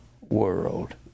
world